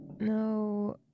No